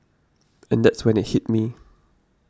and that's when it hit me